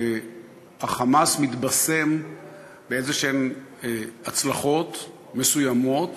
ה"חמאס" מתבשם בהצלחות מסוימות